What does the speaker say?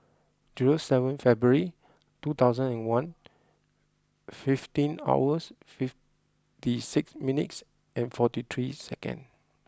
zero seven February two thousand and one fifteen hours fifty six minutes and forty three second